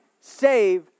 save